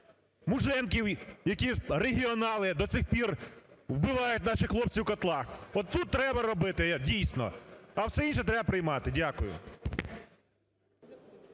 муженків, які регіонали, до цих пір вбивають наших хлопців в котлах, от тут треба робити, дійсно. А все інше треба примати. Дякую.